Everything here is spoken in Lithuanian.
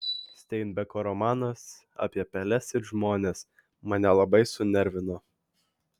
steinbeko romanas apie peles ir žmones mane labai sunervino